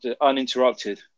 uninterrupted